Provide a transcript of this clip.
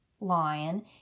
lion